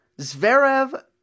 Zverev